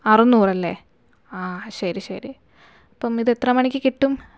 അറുന്നൂറല്ലെ ആ ശരി ശരി അപ്പം ഇത് എത്ര മണിക്ക് കിട്ടും